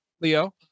Leo